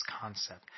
concept